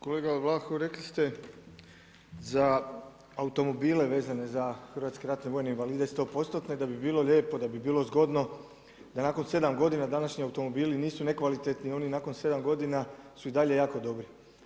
Kolega Vlaho, rekli ste, za automobile, vezane za hrvatske ratne vojne invalide 100% da bi bilo lijepo, da bi bilo zgodno, da nakon 7 g današnji automobili nisu nekvalitetni, oni nakon 7 g. su i dalje jako dobri.